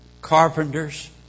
carpenters